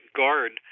guard